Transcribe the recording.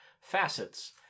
Facets